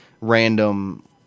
random